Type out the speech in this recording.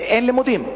ואין לימודים?